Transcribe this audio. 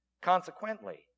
Consequently